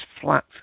flat